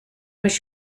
was